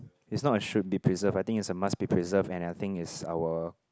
is not a should be preserved I think is a must be preserved and I think is our